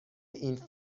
این